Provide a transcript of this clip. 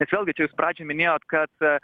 bet vėlgi čia jūs pradžioj minėjot kad